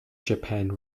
japan